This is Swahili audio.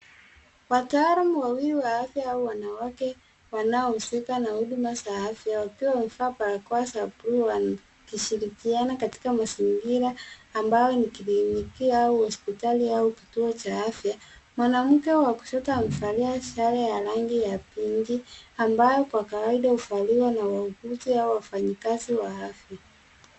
Wataalamu wawili wa afya au wanawake wanao husika na huduma za afya wakiwa wamevaa barakoa za buluu wakishirikiana katika mazingira ambayo ni kliniki au hospitali au kituo cha afya. Mwanamke wa kushoto amevalia sare ya rangi ya pinki ambapo kwa kawaida huvaliwa na wauguzi au wafanyakazi wa afya.